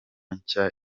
nshya